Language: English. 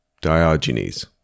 Diogenes